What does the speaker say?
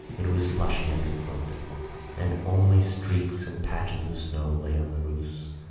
it was slushy underfoot and only streaks and patches of snow lay on the roofs,